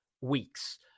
weeks